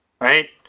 Right